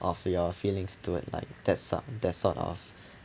of the your feelings toward like that suck that sort of